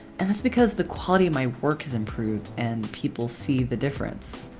and that's because the quality of my work has improved and people see the difference.